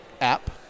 app